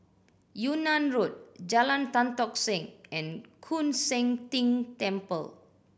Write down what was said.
Yunnan Road Jalan Tan Tock Seng and Koon Seng Ting Temple